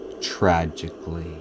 tragically